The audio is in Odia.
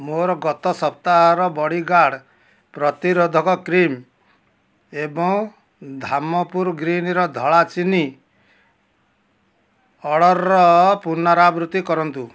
ମୋର ଗତ ସପ୍ତାହର ବଡ଼ିଗାର୍ଡ଼୍ ପ୍ରତିରୋଧକ କ୍ରିମ୍ ଏବଂ ଧାମପୁର ଗ୍ରୀନ୍ର ଧଳା ଚିନି ଅର୍ଡ଼ର୍ର ପୁନରାବୃତ୍ତି କରନ୍ତୁ